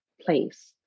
place